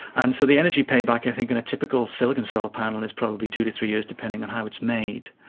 and so the energy payback i think in a typical silicon solar panel is probably two to three years, depending on how it's made.